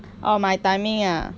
orh my timing ah